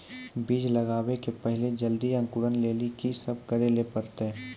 बीज लगावे के पहिले जल्दी अंकुरण लेली की सब करे ले परतै?